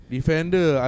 Defender